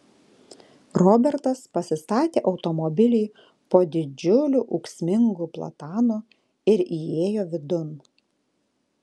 robertas pasistatė automobilį po didžiuliu ūksmingu platanu ir įėjo vidun